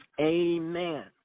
Amen